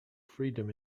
freedom